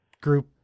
group